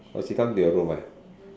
oh she come to your room ah